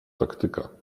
taktyka